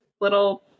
little